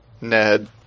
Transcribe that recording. Ned